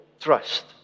trust